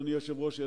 אדוני היושב-ראש,